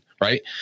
right